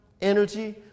energy